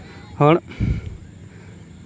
ᱦᱚᱲ